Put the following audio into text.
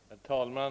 Herr talman!